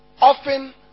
Often